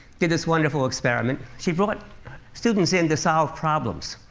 did this wonderful experiment. she brought students in to solve problems.